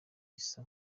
isa